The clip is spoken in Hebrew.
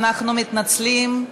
אנחנו מתנצלים,